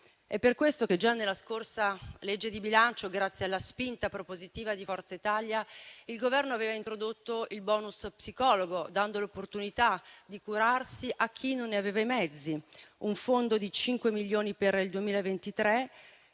È per questo che già nella scorsa legge di bilancio, grazie alla spinta propositiva di Forza Italia, il Governo aveva introdotto il *bonus* psicologo, dando l'opportunità di curarsi a chi non ne aveva i mezzi: un fondo di 5 milioni per il 2023,